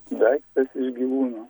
daiktas iš gyvūno